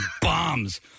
bombs